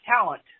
talent